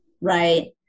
right